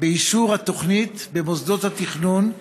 באישור התוכנית במוסדות התכנון,